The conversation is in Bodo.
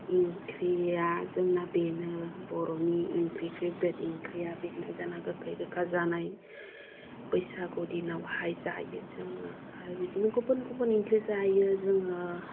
ओंख्रिया जोंना बेनो बर'नि ओंख्रि फेभरिट ओंख्रिया बेनो जोंना गोखा गोखै जानाय बैसागु दिनावहाय जायो जोङो आरो बिदिनो गुबुन गुबुन ओंख्रि जायो जोङो